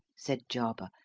said jarber.